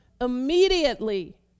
Immediately